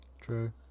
True